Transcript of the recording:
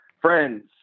friends